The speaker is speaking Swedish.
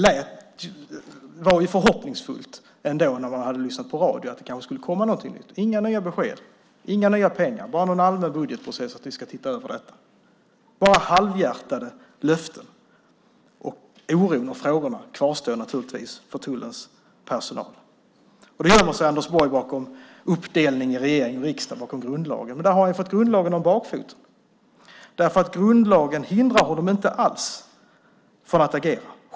När man lyssnade på radio lät det förhoppningsfullt. Kanske skulle det komma någonting nytt. Men det kom inga nya besked, inga nya pengar, bara något om att vi ska titta över en allmän budgetprocess, bara halvhjärtade löften. Oron och frågorna kvarstår naturligtvis bland tullens personal. Sedan gömmer sig Anders Borg bakom uppdelningen i regering och riksdag, bakom grundlagen. Men där har han fått grundlagen om bakfoten. Grundlagen hindrar honom inte från att agera.